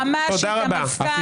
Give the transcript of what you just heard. של המעמד הבינוני,